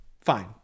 Fine